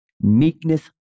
meekness